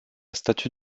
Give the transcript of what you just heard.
statue